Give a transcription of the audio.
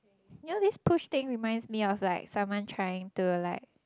you know this push thing reminds me of like someone trying to like